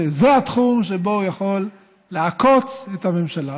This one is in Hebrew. שזה התחום שבו הוא יכול לעקוץ את הממשלה,